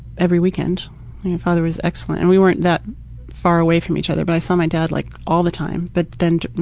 every weekend. my father was excellent and we weren't that far away from each other but i saw my dad like all the time but then